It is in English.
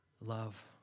Love